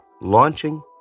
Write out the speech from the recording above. launching